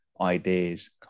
ideas